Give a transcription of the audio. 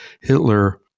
Hitler